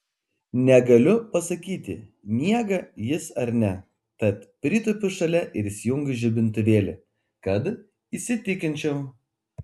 negaliu pasakyti miega jis ar ne tad pritūpiu šalia ir įsijungiu žibintuvėlį kad įsitikinčiau